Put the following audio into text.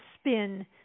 spin